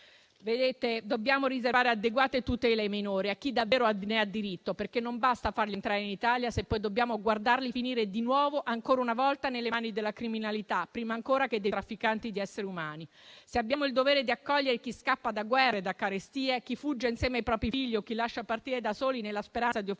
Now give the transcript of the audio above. Noi dobbiamo riservare adeguate tutele ai minori, a chi davvero ne ha diritto. Non basta farli entrare in Italia, se poi dobbiamo guardarli finire di nuovo, ancora una volta, nelle mani della criminalità, prima ancora che dei trafficanti di esseri umani. Se abbiamo il dovere di accogliere chi scappa da guerre, da carestie, chi fugge insieme ai propri figli o chi li lascia partire da soli, nella speranza di offrire